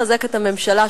לחזק את הממשלה,